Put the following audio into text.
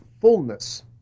fullness